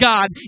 God